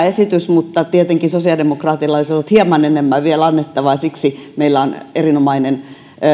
esitys mutta tietenkin sosiaalidemokraateilla olisi ollut vielä hieman enemmän annettavaa siksi meillä on erinomainen